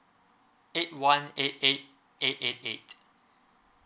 eight one eight eight eight eight eight